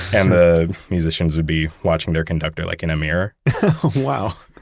and the musicians would be watching their conductor like in a mirror wow